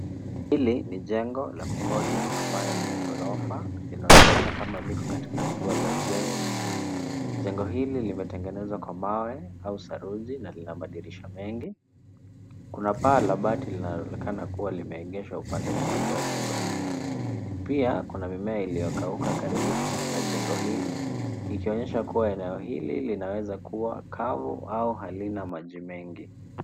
Hili ni jengo la kukodi ambayo ni ya ghorofa. Inaonekana kama liko katika hatua za ujenzi. Jengo hili limetengenezwa kwa mawe au saruji na lina madirisha mengi. Kuna paa la bati linaloonekana kuwa limeegeshwa upande mmoja wa jengo hili. Pia, kuna mimea iliyokauka karibu na jengo hili, ikionyesha kuwa eneo hili linaweza kuwa kavu au halina maji mengi.